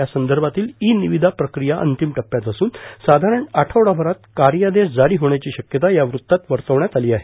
या संदर्भातली ई निविदा प्रक्रिया अंतिम टप्प्यात असून साधारण आठवडाभरात कायदिश जारी होण्याची शक्यता या वृत्तात वर्तवण्यात आली आहे